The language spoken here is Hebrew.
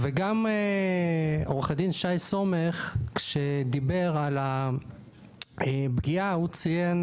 וגם עורך הדין שי סומך, כשדיבר על הפגיעה הוא ציין